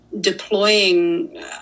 deploying